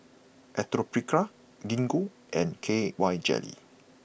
Atopiclair Gingko and K Y Jelly